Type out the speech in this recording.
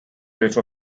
race